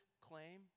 claim